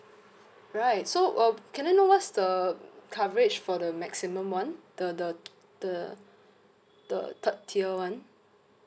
right so um can I know what's the coverage for the maximum one the the the the third tier one